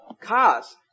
cars